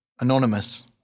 Anonymous